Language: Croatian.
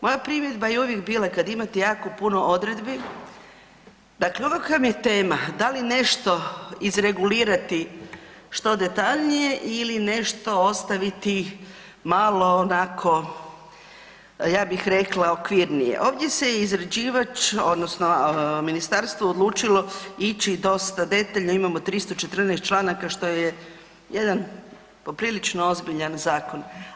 Moja primjedba je uvijek bila kad imate jako puno odredbi, dakle uvijek kad vam je tema da li nešto izregulirati što detaljnije ili nešto ostaviti malo onako, ja bih rekla okvirnije ovdje se izrađivač odnosno ministarstvo odlučilo ići dosta detaljno, imamo 314 članaka što je jedan poprilično ozbiljan zakon.